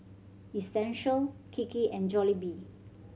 Essential Kiki and Jollibee